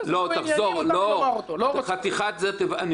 אני מבקש.